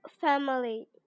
family